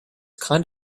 kind